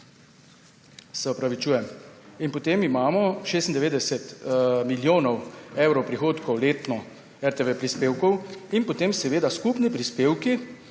skupaj. Potem imamo okrog 96 milijonov evrov prihodkov letno RTV prispevkov in potem seveda skupni prispevki